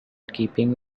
keeping